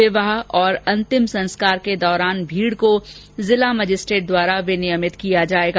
विवाह और अंतिम संस्कार के दौरान भीड़ को जिला मजिस्ट्रेट द्वारा विनियमित किया जाएगा